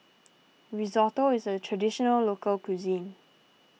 Risotto is a Traditional Local Cuisine